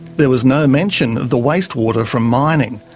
there was no mention of the waste water from mining.